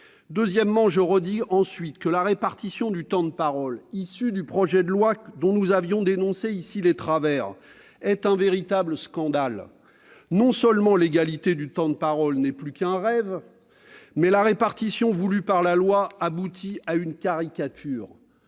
Je redis, par ailleurs, que la répartition du temps de parole, issue du projet de loi dont nous avions dénoncé ici les travers, est un véritable scandale. Non seulement l'égalité du temps de parole n'est plus qu'un rêve, mais la répartition prévue par la loi aboutit à une caricature.